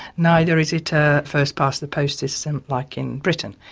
neither is it a first-past-the-post system like in britain.